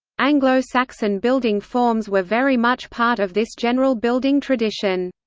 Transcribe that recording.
anglo-saxon building forms were very much part of this general building tradition.